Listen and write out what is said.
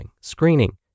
screening